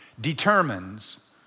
determines